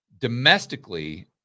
domestically